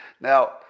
Now